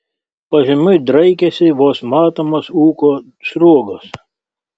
pažemiui draikėsi vos matomos ūko sruogos